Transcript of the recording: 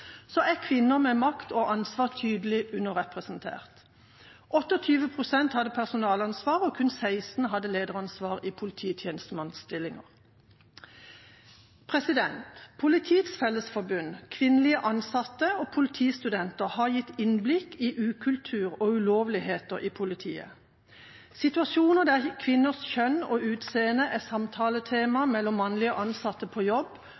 er bra, er kvinner med makt og ansvar tydelig underrepresentert. 28 pst. hadde personalansvar, og kun 16 pst. hadde lederansvar i polititjenestemannsstillinger. Politiets Fellesforbund, kvinnelige ansatte og politistudenter har gitt et innblikk i ukultur og ulovligheter i politiet. Det er situasjoner der kvinners kjønn og utseende er